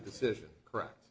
decision correct